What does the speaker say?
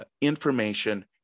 information